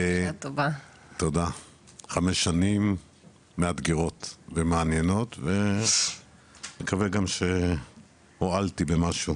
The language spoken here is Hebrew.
חמש שנים מאתגרות ומעניינות ומקווה גם שהועלתי במשהו